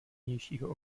vnějšího